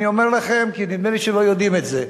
אני אומר לכם כי נדמה לי שלא יודעים את זה,